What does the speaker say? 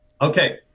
Okay